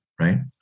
right